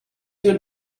your